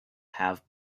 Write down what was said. have